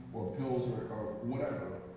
pills, or whatever,